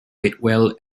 whitwell